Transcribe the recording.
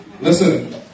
Listen